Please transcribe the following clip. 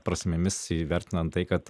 prasmėmis įvertinant tai kad